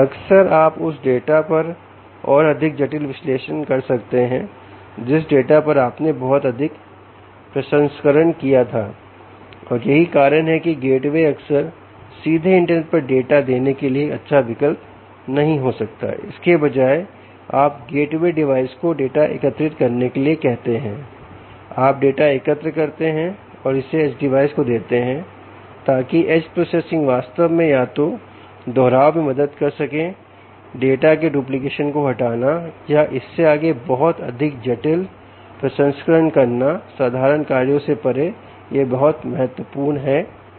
अक्सर आप उस डाटा पर और अधिक जटिल विश्लेषण कर सकते हैं जिस डाटा पर आपने बहुत अधिक प्रसंस्करण किया था और यही कारण है कि गेटवे अक्सर सीधे इंटरनेट पर डाटा देने के लिए एक अच्छा विकल्प नहीं हो सकता है इसके बजाय आप गेटवे डिवाइस को डाटा एकत्रित करने के लिए कहते हैं आप डाटा एकत्र करते हैं और इसे एज डिवाइस को देते हैं ताकि एज प्रोसेसिंग वास्तव में या तो दोहराव में मदद कर सके डाटा के डुप्लीकेशन को हटाना या इससे आगे बहुत अधिक जटिल प्रसंस्करण करना साधारण कार्यों से परे यह बहुत महत्वपूर्ण है ठीक है